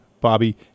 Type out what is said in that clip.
bobby